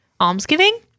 almsgiving